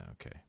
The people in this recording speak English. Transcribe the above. okay